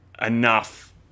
enough